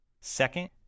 Second